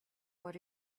what